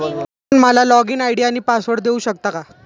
आपण मला login ID आणि पासवर्ड देऊ शकता का?